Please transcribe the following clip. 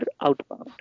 outbound